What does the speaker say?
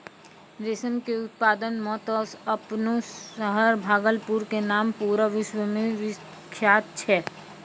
रेशम के उत्पादन मॅ त आपनो शहर भागलपुर के नाम पूरा विश्व मॅ विख्यात छै